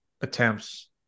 attempts